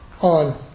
on